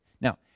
Now